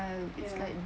ya